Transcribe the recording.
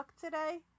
today